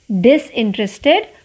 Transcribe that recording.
Disinterested